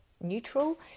neutral